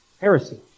Heresy